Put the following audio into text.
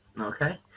Okay